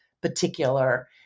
particular